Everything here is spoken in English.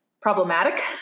problematic